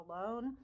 alone